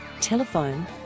Telephone